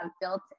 built